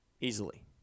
Easily